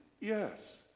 yes